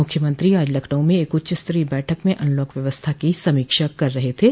मुख्यमंत्री आज लखनऊ में एक उच्चस्तरीय बैठक में अनलॉक व्यवस्था की समीक्षा कर रहे थे